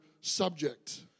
subject